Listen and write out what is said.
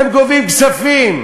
הם גובים כספים.